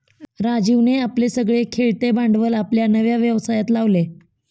राजीवने आपले सगळे खेळते भांडवल आपल्या नव्या व्यवसायात लावले